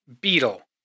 Beetle